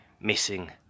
missing